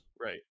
Right